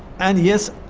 and, yes,